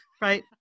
Right